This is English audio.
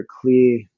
clear